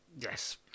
yes